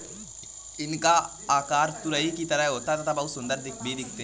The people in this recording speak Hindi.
इनका आकार तुरही की तरह होता है तथा बहुत सुंदर भी दिखते है